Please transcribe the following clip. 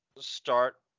start